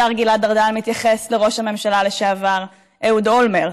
השר גלעד ארדן התייחס לראש הממשלה לשעבר אהוד אולמרט.